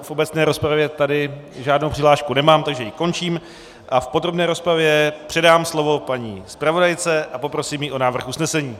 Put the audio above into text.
V obecné rozpravě tady žádnou přihlášku nemám, takže ji končím a v podrobné rozpravě předám slovo paní zpravodajce a poprosím ji o návrh usnesení.